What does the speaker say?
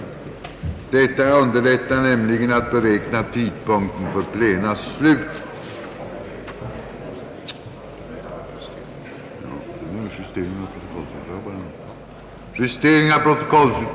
Detta underlättar nämligen att beräkna tidpunkten för plenas slut.